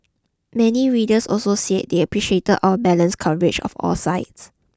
many readers also said they appreciated our balanced coverage of all sides